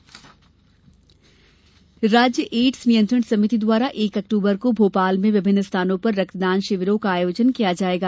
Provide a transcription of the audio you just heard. रक्तदान शिविर राज्य एड्स नियंत्रण समिति द्वारा एक अक्टूबर को भोपाल में विभिन्न स्थानों पर रक्तदान शिविरों का आयोजन किया जायेगा